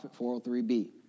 403b